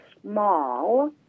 small